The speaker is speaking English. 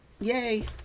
Yay